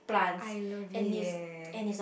I love it eh